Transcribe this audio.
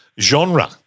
genre